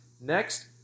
Next